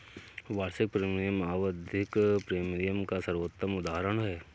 वार्षिक प्रीमियम आवधिक प्रीमियम का सर्वोत्तम उदहारण है